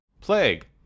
plague